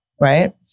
right